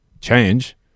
change